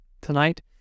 Tonight